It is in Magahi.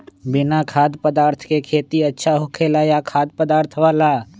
बिना खाद्य पदार्थ के खेती अच्छा होखेला या खाद्य पदार्थ वाला?